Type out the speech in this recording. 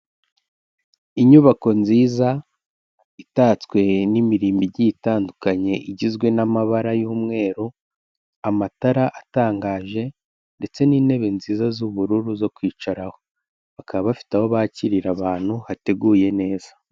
Inyubako nziza itatswe n'imirimbo igiye itandukanye igizwe n'amabara y'umweru, amatara atangaje ndetse n'intebe nziza z'ubururu zo kwicaraho, bakaba bafite aho bakirira abantu hateguye neza.